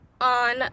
on